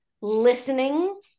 listening